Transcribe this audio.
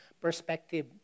perspective